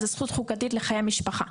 זאת זכות חוקתית לחיי משפחה.